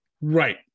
Right